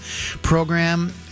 program